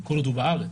כל עוד הוא בארץ.